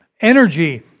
energy